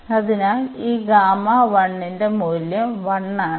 അതിനാൽ ഈ ന്റെ മൂല്യം 1 ആണ്